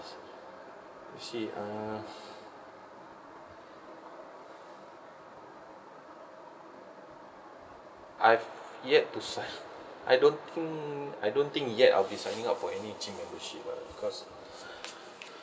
you see uh I've yet to sign I don't think I don't think yet I'll be signing up for any gym membership ah because